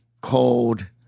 cold